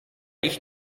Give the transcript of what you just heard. ich